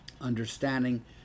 understanding